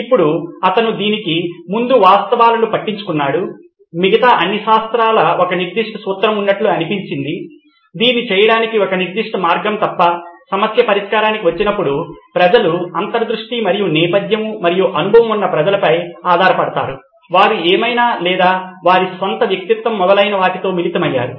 ఇప్పుడు అతను దీనికి ముందు వాస్తవాలను పట్టించుకున్నాడు మిగతా అన్ని శాస్త్రాలకు ఒక నిర్దిష్ట సూత్రం ఉన్నట్లు అనిపిస్తుంది దీన్ని చేయడానికి ఒక నిర్దిష్ట మార్గం తప్ప సమస్య పరిష్కారానికి వచ్చినప్పుడు ప్రజలు అంతర్ దృష్టి మరియు నేపథ్యం మరియు అనుభవం వున్న ప్రజలపై ఆధారపడ్డారు వారు ఏమైనా లేదా వారి స్వంత వ్యక్తిత్వం మొదలైన వాటితో మిలితమయ్యారు